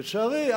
לצערי,